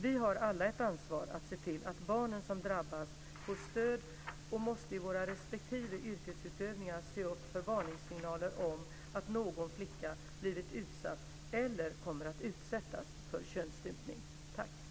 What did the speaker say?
Vi har alla ett ansvar för att se till att barnen som drabbats får stöd, och vi måste i våra respektive yrkesutövningar se upp för varningssignaler om att någon flicka har blivit utsatt eller kommer att utsättas för könsstympning.